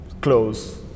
close